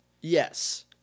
Yes